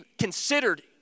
considered